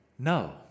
No